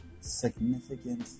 significant